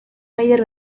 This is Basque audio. raider